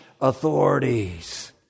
authorities